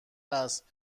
است